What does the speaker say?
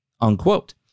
unquote